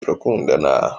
turakundana